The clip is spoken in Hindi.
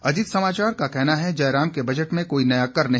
अजीत समाचार का कहना है जयराम के बजट में कोई नया कर नहीं